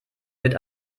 wird